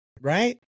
Right